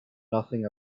nothing